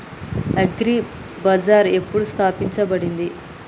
Agri Bazaar ఎప్పుడు స్థాపించబడింది?